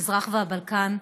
מזרח והבלקן,